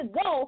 go